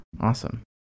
Awesome